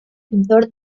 pintor